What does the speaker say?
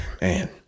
man